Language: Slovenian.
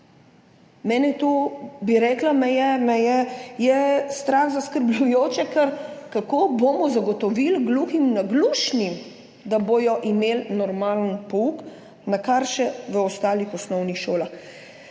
Meni je to, bi rekla, strah vzbujajoče, ker kako bomo zagotovili gluhim, naglušnim, da bodo imeli normalen pouk, nakar še v ostalih osnovnih šolah.